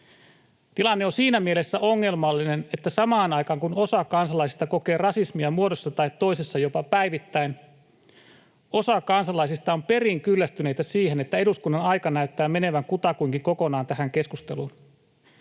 Tilanne on siinä mielessä ongelmallinen, että samaan aikaan kun osa kansalaisista kokee rasismia muodossa tai toisessa jopa päivittäin, osa kansalaisista on perin kyllästyneitä siihen, että eduskunnan aika näyttää menevän kutakuinkin kokonaan tähän keskusteluun